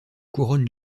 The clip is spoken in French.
couronne